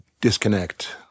disconnect